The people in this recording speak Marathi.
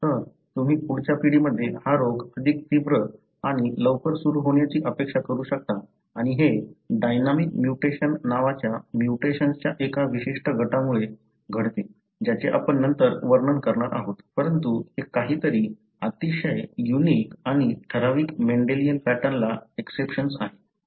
तर तुम्ही पुढच्या पिढीमध्ये हा रोग अधिक तीव्र आणि लवकर सुरू होण्याची अपेक्षा करू शकता आणि हे डायनॅमिक म्यूटेशन नावाच्या म्युटेशनच्या एका विशिष्ट गटामुळे घडते ज्याचे आपण नंतर वर्णन करणार आहोत परंतु हे काहीतरी अतिशय युनिक आणि ठराविक मेंडेलियन पॅटर्नला एक्सेपशन आहे